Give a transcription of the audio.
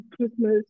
Christmas